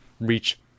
reach